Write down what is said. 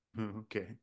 Okay